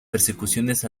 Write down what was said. persecuciones